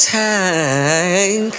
time